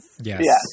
Yes